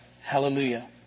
Hallelujah